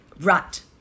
right